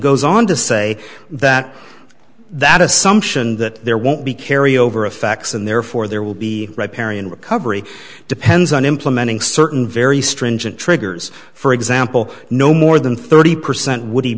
goes on to say that that assumption that there won't be carry over effects and therefore there will be red parian recovery depends on implementing certain very stringent triggers for example no more than thirty percent wo